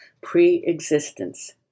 pre-existence